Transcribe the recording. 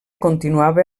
continuava